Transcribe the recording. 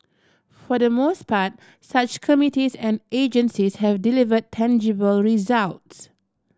for the most part such committees and agencies have delivered tangible results